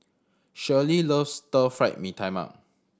Shirlee loves Stir Fried Mee Tai Mak